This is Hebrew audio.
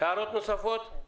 הערות נוספות?